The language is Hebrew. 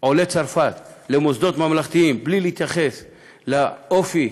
עולי צרפת למוסדות ממלכתיים, בלי להתייחס לאופי